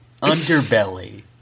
underbelly